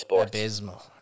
abysmal